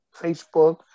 Facebook